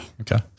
Okay